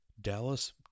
Dallas